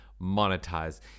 monetize